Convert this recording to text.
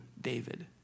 David